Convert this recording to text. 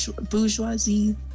Bourgeoisie